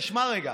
תשמע רגע.